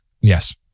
yes